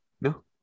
no